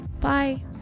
Bye